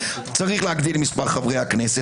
צריך להגדיל את מספר חברי הכנסת,